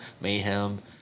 Mayhem